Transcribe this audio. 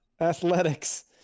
Athletics